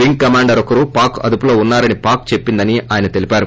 wing commander ఒకరు పాక్ అదుపులో ఉన్నారని పాక్ చెప్పిందని ఆయన తెలిపారు